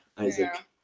isaac